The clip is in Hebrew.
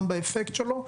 גם באפקט שלו,